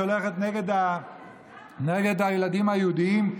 שהולכת נגד הילדים היהודים,